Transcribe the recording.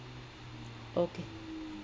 okay